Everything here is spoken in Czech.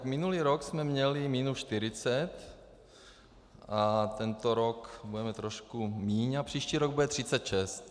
Minulý rok jsme měli minus 40 a tento rok budeme trošku méně a příští rok bude 36.